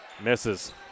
misses